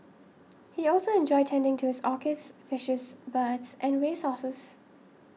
he also enjoyed tending to his orchids fishes birds and race horses